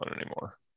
anymore